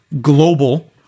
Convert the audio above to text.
global